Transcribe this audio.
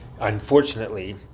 Unfortunately